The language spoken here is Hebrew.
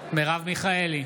מרב מיכאלי,